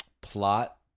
plot